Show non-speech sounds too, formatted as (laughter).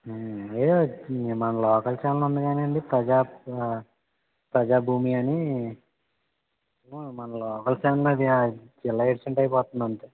(unintelligible) మన local channel ఉంది కానీ అండి ప్రజా ప్రజాభూమి అనీ మన లోకల్ ఛానల్ అది జిల్లా ఎడిషన్ టైప్ వస్తుంది అంతే